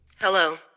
Hello